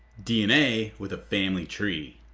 dna with a family tree.